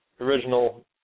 original